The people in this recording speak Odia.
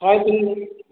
ଶହେ ତିନି